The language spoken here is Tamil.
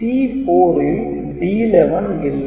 C4 ல் D11 இல்லை